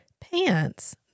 pants